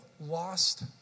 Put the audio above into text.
lost